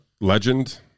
legend